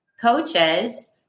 coaches